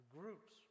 groups